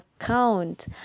account